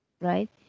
right